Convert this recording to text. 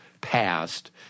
passed